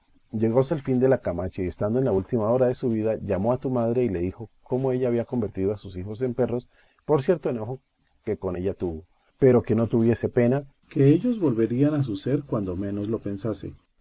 sucedido llegóse el fin de la camacha y estando en la última hora de su vida llamó a tu madre y le dijo como ella había convertido a sus hijos en perros por cierto enojo que con ella tuvo pero que no tuviese pena que ellos volverían a su ser cuando menos lo pensasen